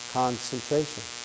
concentration